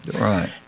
Right